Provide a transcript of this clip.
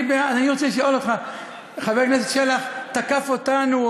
אני רוצה לשאול אותך: חבר הכנסת שלח תקף אותנו,